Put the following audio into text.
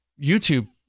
YouTube